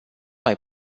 mai